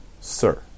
Sir